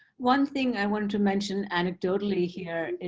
one thing i wanted to mention anecdotally here, and